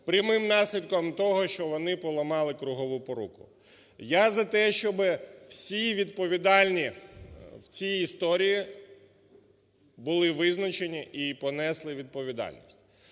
Прямим наслідком того, що вони поламали кругову поруку. Я за те, щоби всі відповідальні, в цій історії, були визначені і понесли відповідальність.